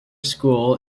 school